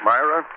Myra